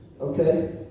Okay